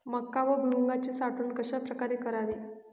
मका व भुईमूगाची साठवण कशाप्रकारे करावी?